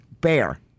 bear